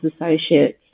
associates